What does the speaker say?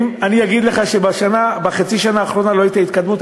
אני אגיד לך שבחצי השנה האחרונה לא הייתה התקדמות?